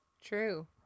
true